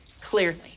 clearly